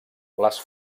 les